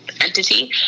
entity